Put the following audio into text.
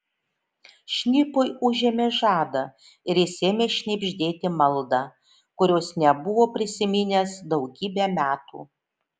šnipui užėmė žadą ir jis ėmė šnibždėti maldą kurios nebuvo prisiminęs daugybę metų